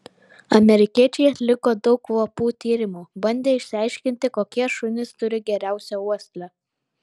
amerikiečiai atliko daug kvapų tyrimų bandė išsiaiškinti kokie šunys turi geriausią uoslę